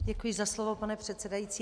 Děkuji za slovo, pane předsedající.